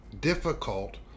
difficult